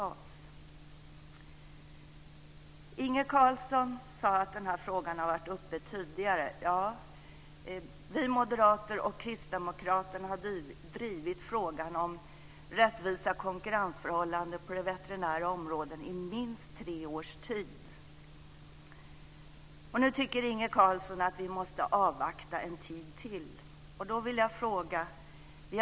Inge Carlsson sade att den här frågan har varit uppe tidigare. Ja, vi moderater och Kristdemokraterna har drivit frågan om rättvisa konkurrensförhållanden på det veterinära området i minst tre års tid. Nu tycker Inge Carlsson att vi måste avvakta en tid till. Vi har väntat i tre år.